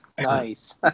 Nice